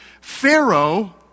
Pharaoh